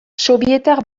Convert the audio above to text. sobietar